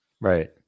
Right